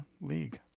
league